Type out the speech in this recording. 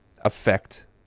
affect